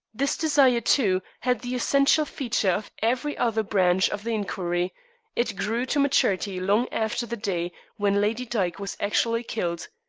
this desire, too, had the essential feature of every other branch of the inquiry it grew to maturity long after the day when lady dyke was actually killed.